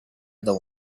other